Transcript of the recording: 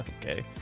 okay